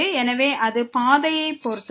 எனவே அது பாதையைப் பொறுத்தது